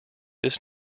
this